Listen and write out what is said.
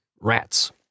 rats